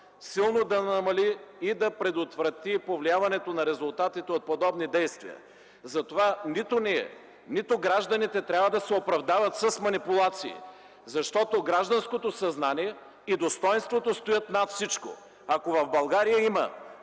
силно да намали и да предотврати повлияването на резултатите от подобни действия. Затова нито ние, нито гражданите трябва да се оправдават с манипулации, защото гражданското съзнание и достойнството стоят над всичко. Ако в България има